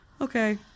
okay